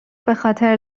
بخاطر